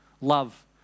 Love